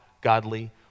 godly